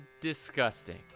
disgusting